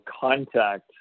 contact